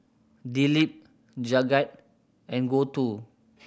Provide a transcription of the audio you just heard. Dilip Jagat and Gouthu